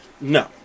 No